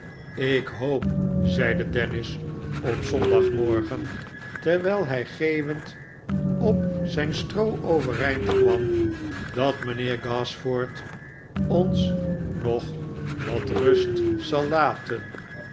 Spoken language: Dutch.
ik hoop zeide dennis op zondagmorgen terwijl hij geeuwend op zijn stroo overeind kwam dat mijnheer gashford ons nog wat rust zal laten